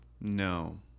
no